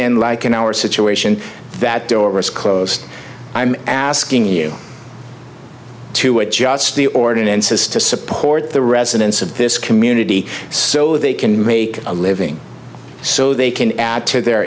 in like an our situation that door is closed i'm asking you to adjust the ordinances to support the residents of this community so they can make a living so they can add to their